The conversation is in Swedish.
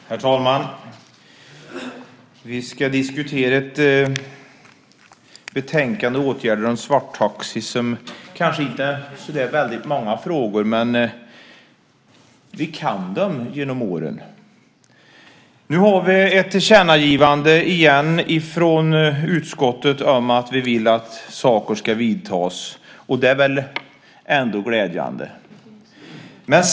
Herr talman! Vi ska diskutera ett betänkande, Åtgärder mot svarttaxi , som kanske inte innehåller så väldigt många frågor, men vi kan dem - vi har lärt oss genom åren. Nu har vi ett tillkännagivande igen från utskottet om att vi vill att åtgärder ska vidtas, och det är ju ändå glädjande.